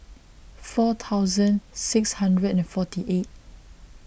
four thousand six hundred and forty eight